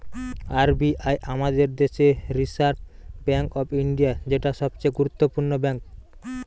R B I আমাদের দেশের reserve bank of India, যেটা সবচে গুরুত্বপূর্ণ ব্যাঙ্ক